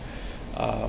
uh